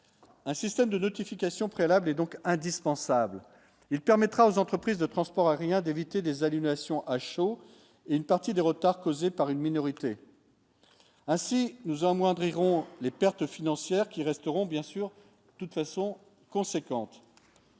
un système de notification. Préalable est donc indispensable, il permettra aux entreprises de transport aérien, d'éviter des hallucinations à chaud et une partie des retards causés par une minorité. Ainsi nous au moindre iront les pertes financières qui resteront bien sûr toute façon conséquente,